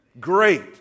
Great